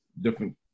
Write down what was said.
different